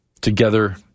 Together